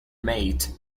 mate